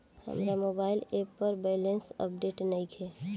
हमार mobile app पर balance update नइखे